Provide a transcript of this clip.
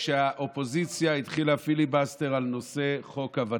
כשהאופוזיציה התחילה פיליבסטר על נושא חוק הוותמ"לים.